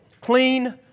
clean